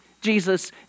Jesus